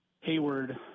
Hayward